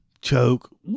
Choke